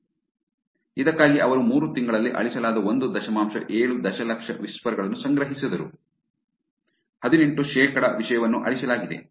ಆದ್ದರಿಂದ ಇದಕ್ಕಾಗಿ ಅವರು ಮೂರು ತಿಂಗಳಲ್ಲಿ ಅಳಿಸಲಾದ ಒಂದು ದಶಮಾಂಶ ಏಳು ದಶಲಕ್ಷ ವಿಸ್ಪರ್ ಗಳನ್ನು ಸಂಗ್ರಹಿಸಿದರು ಹದಿನೆಂಟು ಶೇಕಡಾ ವಿಷಯವನ್ನು ಅಳಿಸಲಾಗಿದೆ